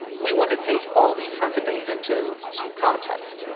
we want to take all these kinds of things into context.